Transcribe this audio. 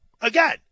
again